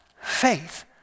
faith